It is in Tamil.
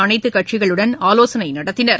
அனைத்துக் கட்சிகளுடன் ஆலோசனை நடத்தினர்